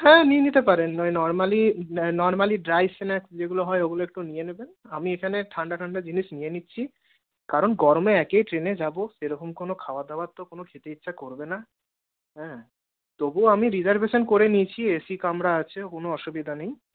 হ্যাঁ নিয়ে নিতে পারেন ওই নর্মালি নর্মালি ড্রাই স্ন্যাক্স যেগুলো হয় ওগুলো একটু নিয়ে নেবেন আমি এখানে ঠান্ডা ঠান্ডা জিনিস নিয়ে নিচ্ছি কারণ গরমে একেই ট্রেনে যাব সেরকম কোনও খাবার দাবার তো কোনও খেতে ইচ্ছা করবে না হ্যাঁ তবুও আমি রিজার্ভেশন করে নিয়েছি এসি কামরা আছে কোনও অসুবিধা নেই